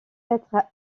être